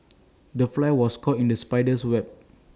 the fly was caught in the spider's web